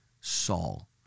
Saul